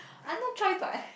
I not trying to